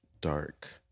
dark